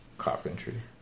carpentry